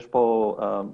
יש פה אי הבנה בסיסית.